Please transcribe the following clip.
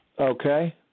Okay